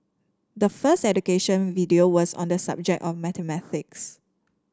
the first education video was on the subject of mathematics